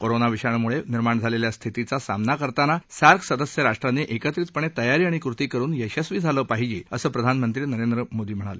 corona विषाणुमुळमिर्माण झालख्खा स्थितीचा सामना करताना सार्क सदस्य राष्ट्रांनी एकत्रितपणतियारी आणि कृती करून यशस्वी झालं पाहिज असं प्रधानमंत्री नरेंद्र मोदी यांनी आज सांगितलं